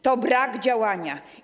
To brak działania.